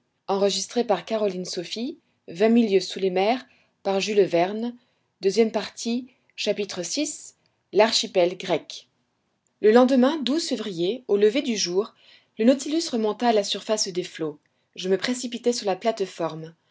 vi l'archipel grec le lendemain février au lever du jour le nautilus remonta à la surface des flots je me précipitai sur la plate-forme